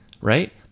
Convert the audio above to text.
right